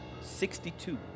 sixty-two